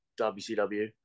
WCW